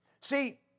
See